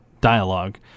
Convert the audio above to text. dialogue